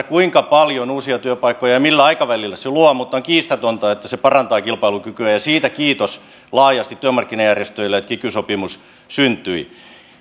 kuinka paljon uusia työpaikkoja ja millä aikavälillä se luo mutta on kiistatonta että se parantaa kilpailukykyä ja siitä kiitos laajasti työmarkkinajärjestöille että kiky sopimus syntyi